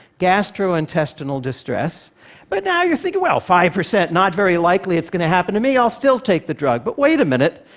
gastrointestinal distress but now you're thinking, five percent, not very likely it's going to happen to me, i'll still take the drug. but wait a minute.